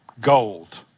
gold